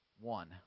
one